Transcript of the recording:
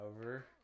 over